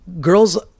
girls